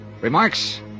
Remarks